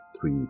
three